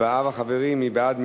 מי בעד?